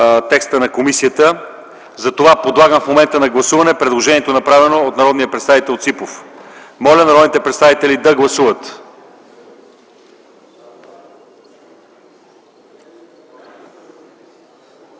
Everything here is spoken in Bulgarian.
текста на комисията. Затова подлагам в момента на гласуване предложението, направено от народния представител Ципов. Моля народните представители да гласуват.